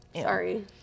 sorry